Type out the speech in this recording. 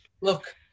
look